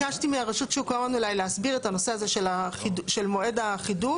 אני ביקשתי מרשות שוק ההון אולי להסביר את הנושא הזה של מועד החידוש.